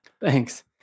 Thanks